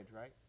right